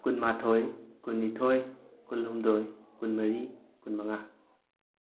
ꯀꯨꯟꯃꯥꯊꯣꯏ ꯀꯨꯟꯅꯤꯊꯣꯏ ꯀꯨꯟꯍꯨꯝꯗꯣꯏ ꯀꯨꯟꯃꯔꯤ ꯀꯨꯟꯃꯉꯥ